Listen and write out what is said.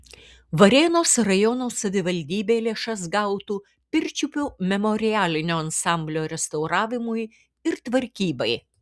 varėnos rajono savivaldybė lėšas gautų pirčiupių memorialinio ansamblio restauravimui ir tvarkybai